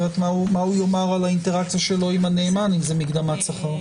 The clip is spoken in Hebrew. אחרת מה הוא יאמר על האינטראקציה שלו עם הנאמן אם זו מקדמת שכר?